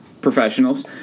professionals